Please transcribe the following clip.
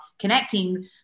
connecting